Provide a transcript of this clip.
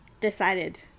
decided